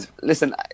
listen